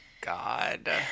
God